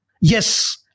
Yes